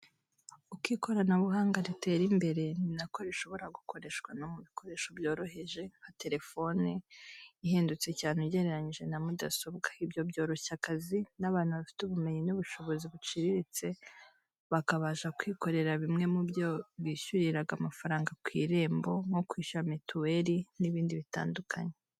Uko ikoranabuhanga ritera imbere ni na ko rishobora gukoreshwa no mu bikoresho byoroheje nka telefone, ihendutse cyane ugereranyije na mudasobwa, ibyo byoroshya akazi, n'abantu bafite ubumenyi n'ubushobozi buciriritse, bakabasha kwikorera bimwe mu byo bishyuriraga amafaranga ku Irembo, nko kwishyura mitiweli n'ibindi bitandukanye.